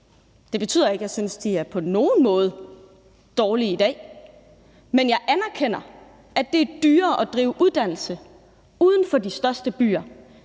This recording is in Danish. Det betyder ikke, at jeg synes, at de på nogen måde er dårlige i dag. Men jeg anerkender, at det er dyrere at drive uddannelse uden for de største byer,